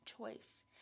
choice